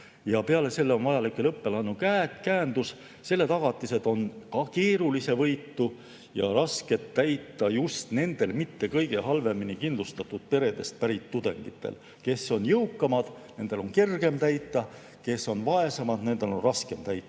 Peale selle on vajalik veel õppelaenu käendus. Selle tagatised on ka keerulisevõitu ja rasked täita just kõige halvemini kindlustatud peredest pärit tudengitele. Kes on jõukamad, nendel on kergem täita, kes on vaesemad, nendel on raskem täita.